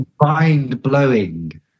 mind-blowing